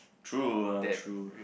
true uh true